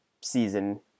season